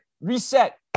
reset